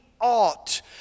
ought